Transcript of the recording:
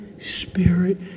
Spirit